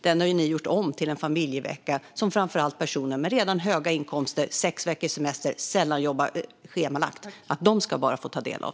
Den har ni gjort om till en familjevecka som framför allt personer som redan har höga inkomster och sex veckors semester och som sällan jobbar schemalagt kan ta del av.